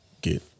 get